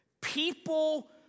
People